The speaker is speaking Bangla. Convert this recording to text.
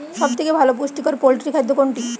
সব থেকে ভালো পুষ্টিকর পোল্ট্রী খাদ্য কোনটি?